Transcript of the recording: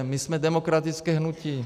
My jsme demokratické hnutí.